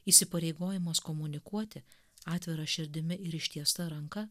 įsipareigojimas komunikuoti atvira širdimi ir ištiesta ranka